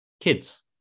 kids